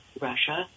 Russia